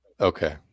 Okay